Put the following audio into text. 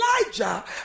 Elijah